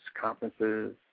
conferences